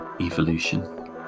evolution